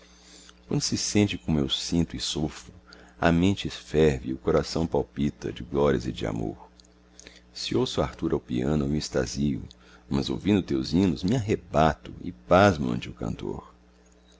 quando se sente como eu sinto e sofro a mente ferve e o coração palpita de glórias e de amor se ouço arthur ao piano eu me extasio mas ouvindo teus hinos me arrebato e pasmo ante o cantor